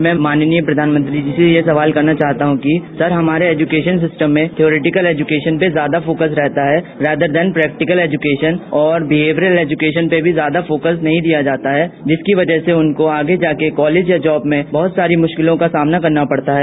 मैं माननीय प्रधानमंत्री जी से यह सवाल करना चाहता हूं कि सर हमारे एजुकेशन सिस्टम में थ्योरिटिकल एजुकेशन में ज्यादा फोकस रहता है वेदरदैन प्रैक्टिकल एजुकेशन और बिहेव्यर एजुकेशन पर ज्यादा फोकस नहीं दिया जाता है जिसकी वजह से उनको आगे जाकर कॉलेज और जॉब में बहुत सारी मुश्किलों का सामना करना पड़ता है